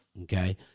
Okay